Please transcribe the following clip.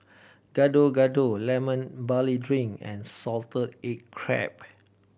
Gado Gado Lemon Barley Drink and salted egg crab